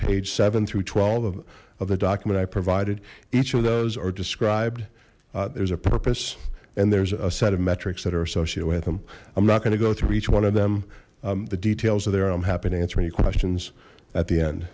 page seven through twelve of the document i provided each of those are described there's a purpose and there's a set of metrics that are associated with them i'm not going to go through each one of them the details of there i'm happy to answer any questions at the end